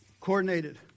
Coordinated